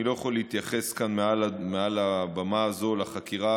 אני לא יכול להתייחס כאן מעל הבמה הזו לחקירה,